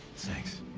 sex